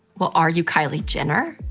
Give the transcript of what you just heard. well, are you kylie jenner?